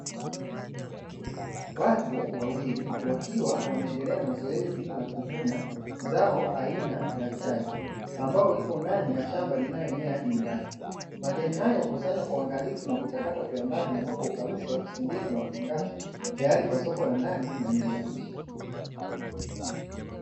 Watu wawili wakiwa wanaendelea na zoezi la kuvuna zao aina ya chai ambalo lipo ndani ya shamba ambalo linaenea hadi mbali, majani hayo hukusanywa kwa uangalifu kwa kuchakatwa kiwandani, ambapo hukaushwa kwa kusindikwa na kufungashwa tayari kwa soko la ndani na nje ya nchi.